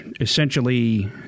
essentially